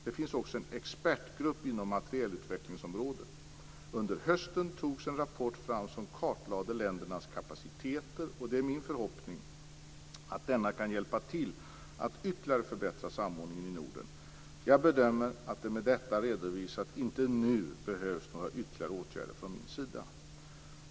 Det finns också en expertgrupp inom materielutvecklingsområdet. Under hösten togs en rapport fram som kartlade ländernas kapaciteter, och det är min förhoppning att denna kan hjälpa till att ytterligare förbättra samordningen i Norden. Jag bedömer att det med detta redovisat inte nu behövs några ytterligare åtgärder från min sida.